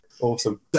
Awesome